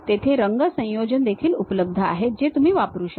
तेथे रंग संयोजन देखील उपलब्ध आहेत जे तुम्ही वापरू शकता